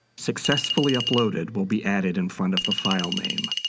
successfully uploaded will be added in front of the file name.